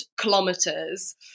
kilometers